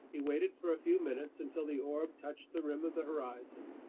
he waited for a few minutes until the orb touched the rim of the horizon.